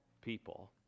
people